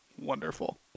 Wonderful